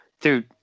Dude